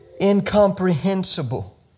incomprehensible